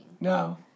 No